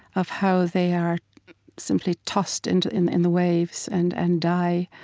of how they are simply tossed and in in the waves and and die.